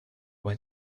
when